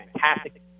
fantastic